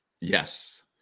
Yes